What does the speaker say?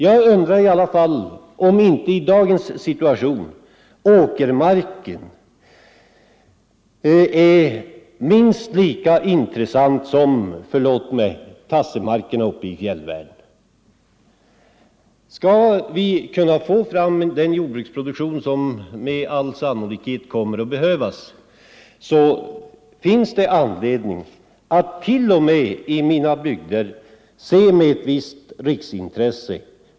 Jag undrar i alla fall om inte i dagens situation åkermarken är minst lika intressant som — förlåt mig! — tassemarkerna uppe i fjällvärlden. Skall vi kunna åstadkomma den jordbruksproduktion som med all sannolikhet kommer att behövas finns det anledning att, t.o.m. i mina bygder, se på åkermarken som ett visst riksintresse.